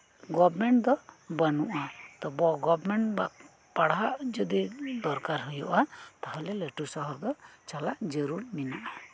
government ᱫᱚ ᱵᱟᱹᱱᱩᱜᱼᱟ ᱛᱚᱵᱮ ᱜᱚᱵᱷᱢᱮᱱᱴ ᱯᱟᱲᱦᱟᱜ ᱡᱚᱫᱤ ᱫᱚᱨᱠᱟᱨ ᱦᱳᱭᱳᱜᱼᱟ ᱛᱟᱦᱚᱞᱮ ᱞᱟᱹᱴᱩ ᱥᱚᱦᱚᱨ ᱫᱚ ᱪᱟᱞᱟᱜ ᱡᱟᱹᱨᱩᱲ ᱢᱮᱱᱟᱜᱼᱟ